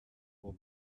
will